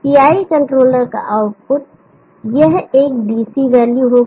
PI controller का output यह एक DC वैल्यू होगी